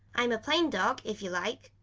i'm a plain dog, if you like,